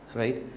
right